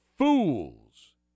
Fools